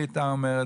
היא הייתה אומרת,